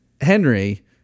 henry